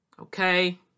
Okay